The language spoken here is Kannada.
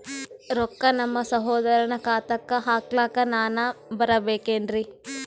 ರೊಕ್ಕ ನಮ್ಮಸಹೋದರನ ಖಾತಾಕ್ಕ ಹಾಕ್ಲಕ ನಾನಾ ಬರಬೇಕೆನ್ರೀ?